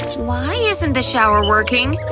why isn't the shower working?